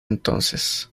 entonces